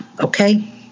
okay